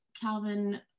Calvin